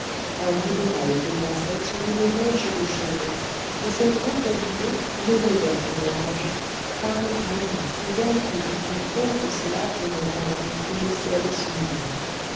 un bout d'oreille dépassait sous une mèche de cheveux et son grand oeil bleu levé vers les nuages parut à emma plus limpide et plus beau que ces lacs des montagnes où le ciel se mire